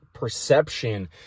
perception